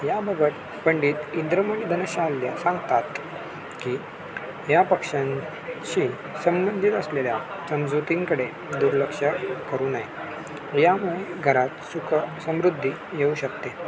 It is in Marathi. याबाबत पंडित इंद्रमणी घनसाल सांगतात की या पक्ष्यांशी संबंधित असलेल्या समजुतींकडे दुर्लक्ष करू नये यामुळे घरात सुख समृद्धी येऊ शकते